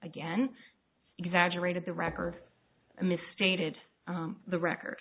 again exaggerated the record i misstated the record